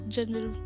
General